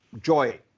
Joy